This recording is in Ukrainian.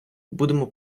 будемо